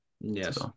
Yes